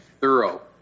thorough